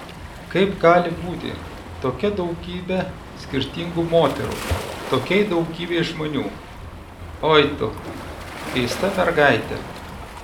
kaip gali būti tokia daugybe skirtingų moterų tokiai daugybei žmonių oi tu keista mergaite